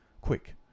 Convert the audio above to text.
Quick